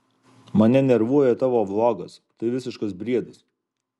mane nervuoja tavo vlogas tai visiškas briedas